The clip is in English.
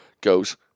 goes